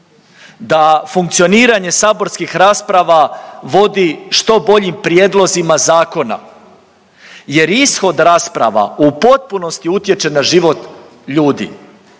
Da funkcioniranje saborskih rasprava vodi što boljim prijedlozima zakona, jer ishod rasprava u potpunosti utječe na život ljudi